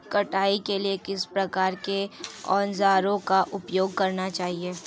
कटाई के लिए किस प्रकार के औज़ारों का उपयोग करना चाहिए?